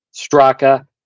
Straka